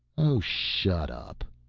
oh, shut up.